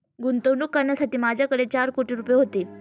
गुंतवणूक करण्यासाठी माझ्याकडे चार कोटी रुपये होते